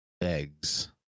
eggs